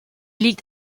liegt